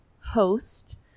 host